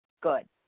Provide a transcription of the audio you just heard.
good